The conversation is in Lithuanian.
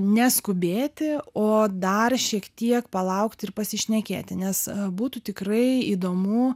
neskubėti o dar šiek tiek palaukti ir pasišnekėti nes būtų tikrai įdomu